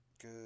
Good